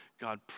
God